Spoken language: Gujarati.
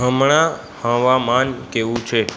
હમણાં હવામાન કેવું છે